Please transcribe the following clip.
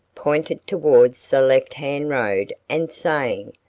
pointed towards the left hand road and saying,